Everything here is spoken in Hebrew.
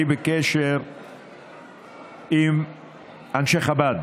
אני בקשר עם אנשי חב"ד